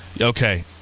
okay